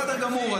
בסדר גמור.